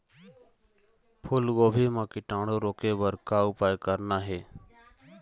फूलगोभी म कीटाणु रोके बर का उपाय करना ये?